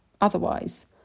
otherwise